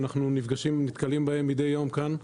אנחנו נתקלים בהם מדי יום כאן,